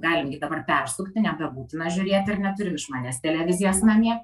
galim gi dabar persukti nebebūtina žiūrėti ar ne turim išmanias televizijas namie